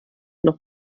noch